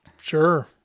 Sure